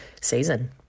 season